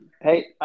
Hey